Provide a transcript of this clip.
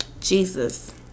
Jesus